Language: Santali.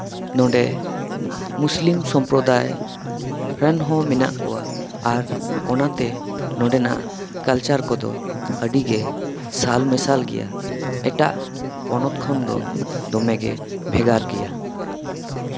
ᱱᱚᱸᱰᱮ ᱢᱩᱥᱞᱤᱢ ᱥᱚᱢᱯᱨᱚᱫᱟᱭ ᱨᱮᱱ ᱦᱚᱸ ᱢᱮᱱᱟᱜ ᱠᱚᱣᱟ ᱟᱨ ᱚᱱᱟᱛᱮ ᱱᱚᱸᱰᱮᱱᱟᱜ ᱠᱟᱞᱪᱟᱨ ᱠᱚᱫᱚ ᱟᱹᱰᱤᱜᱮ ᱥᱟᱞᱼᱢᱮᱥᱟᱞ ᱜᱮᱭᱟ ᱮᱴᱟᱜ ᱯᱚᱱᱚᱛ ᱠᱷᱚᱱᱫᱚ ᱫᱚᱢᱮᱜᱮ ᱵᱷᱮᱜᱟᱨ ᱜᱮᱭᱟ